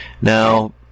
Now